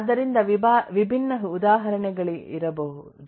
ಆದ್ದರಿಂದ ವಿಭಿನ್ನ ಉದಾಹರಣೆಗಳಿರಬಹುದು